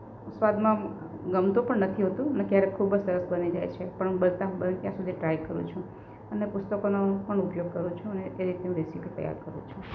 સ્વાદમાં ગમતો પણ નથી હોતું ને ક્યારેક ખૂબ જ સરસ બની જાય છે પણ હું બને ત્યાં સુધી ટ્રાય કરું છું અને પુસ્તકોનો પણ ઉપયોગ કરું છું અને એ રીતની રેસીપી તૈયાર કરું છું